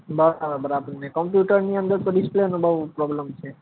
બરાબર બરાબર ને કમ્પ્યુટરની અંદર તો ડિસ્પ્લેનો બહુ પ્રોબ્લેમ છે